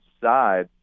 side